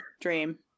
dream